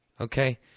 okay